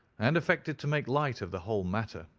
and affected to make light of the whole matter,